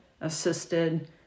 assisted